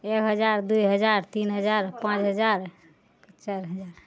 एक हजार दू हजार तीन हजार पाँच हजार चारि हजार